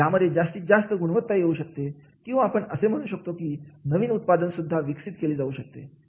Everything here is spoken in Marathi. यामध्ये जास्तीत जास्त गुणवता येऊ शकते किंवा आपण असे म्हणू शकतो की नवीन उत्पादन सुद्धा विकसित केली जाऊ शकते